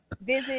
visit